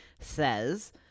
says